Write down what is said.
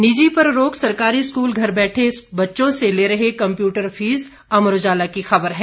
निजी पर रोक सरकारी स्कूल घर बैठे बच्चों से ले रहे कम्प्यूटर फीस अमर उजाला की खबर है